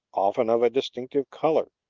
often of a distinctive color,